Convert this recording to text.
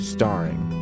Starring